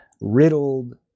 riddled